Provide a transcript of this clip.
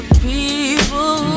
people